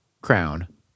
Crown